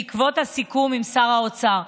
בעקבות הסיכום עם שר האוצר.